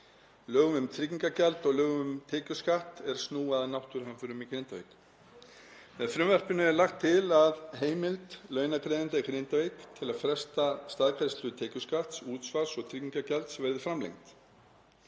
lögum um tryggingagjald og lögum um tekjuskatt, er snúa að náttúruhamförum í Grindavíkurbæ. Með frumvarpinu er lagt til að heimild launagreiðanda í Grindavíkurbæ til að fresta staðgreiðslu tekjuskatts, útsvars og tryggingagjalds verði framlengd.